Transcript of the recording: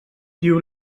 diu